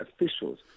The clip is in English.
officials